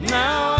now